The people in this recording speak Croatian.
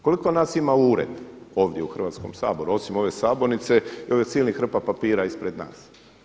Koliko nas ima ured ovdje u Hrvatskom saboru, osim ove sabornice i ovih silnih hrpa papira ispred nas?